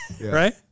right